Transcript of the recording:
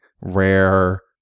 rare